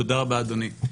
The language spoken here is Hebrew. דרור שטרום,